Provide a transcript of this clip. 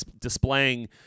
displaying